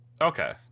Okay